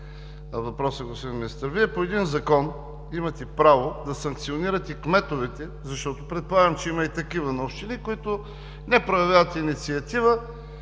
въпроса към него. Вие по един закон имате право да санкционирате кметовете, защото предполагам, че има и такива общини, които не проявяват инициатива